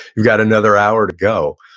got another hour to go.